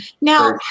now